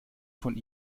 von